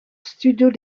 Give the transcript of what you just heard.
studios